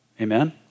amen